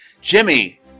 Jimmy